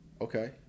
okay